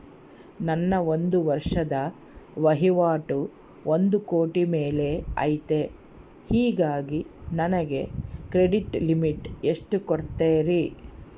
ನನ್ನ ಒಂದು ವರ್ಷದ ವಹಿವಾಟು ಒಂದು ಕೋಟಿ ಮೇಲೆ ಐತೆ ಹೇಗಾಗಿ ನನಗೆ ಕ್ರೆಡಿಟ್ ಲಿಮಿಟ್ ಎಷ್ಟು ಕೊಡ್ತೇರಿ?